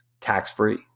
tax-free